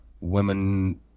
women